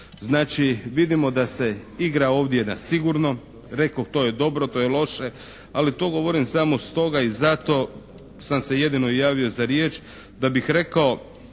Znači vidimo da se igra ovdje na sigurno. Rekoh to je dobro, to je loše, ali to govorim samo stoga i zato sam se jedino i javio za riječ da bih rekao